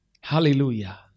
Hallelujah